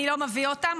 אני לא מביא אותם.